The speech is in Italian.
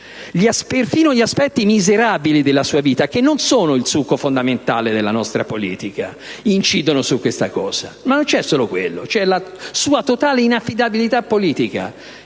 Persino gli aspetti miserabili della sua vita, che non sono il succo fondamentale della nostra politica, incidono su questa situazione. Ma non c'è solo quello, c'è la sua totale inaffidabilità politica: